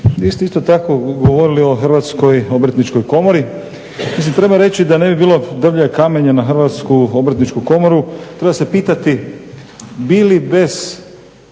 isto tako govorili o Hrvatskoj obrtničkoj komori. Mislim treba reći da ne bi bilo drvlja i kamenja na Hrvatsku obrtničku komoru. Treba se pitati bi li bez